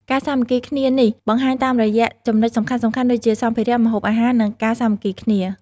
ការសាមគ្គីគ្នានេះបង្ហាញតាមរយៈចំណុចសំខាន់ៗដូចជា សម្ភារៈ ម្ហូបអាហារ និងការសាមគ្គីគ្នា។